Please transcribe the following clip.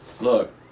look